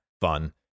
Fun